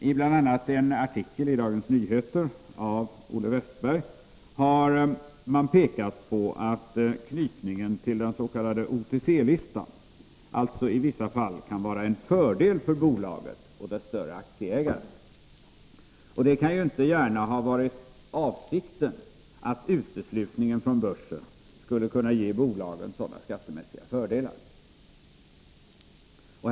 I bl.a. en artikel i Dagens Nyheter av Olle Westberg har man pekat på att knytningen till den s.k. OTC-listan alltså i vissa fall kan vara en fördel för bolaget och dess större aktieägare. Det kan inte gärna ha varit avsikten att uteslutningen från börsen skulle kunna ge bolagen sådana skydda småspararna på börsen skydda småspararna på börsen skattemässiga fördelar.